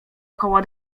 około